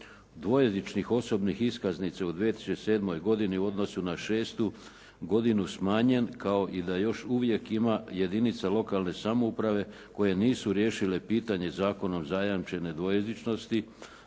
dvojezičnih osobnih iskaznica u 2007. godini u odnosu na 06. godinu smanjen, kao i da još uvijek ima jedinice lokalne samouprave koje nisu riješile pitanje zakonom zajamčene dvojezičnosti